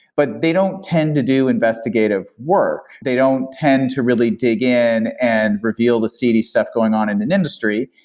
but they don't tend to do investigative work. they don't tend to really dig in and reveal the cd stuff going on in an industry,